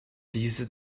diese